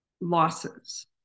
losses